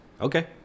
Okay